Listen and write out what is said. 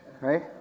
Right